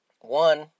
One